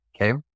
okay